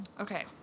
Okay